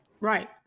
Right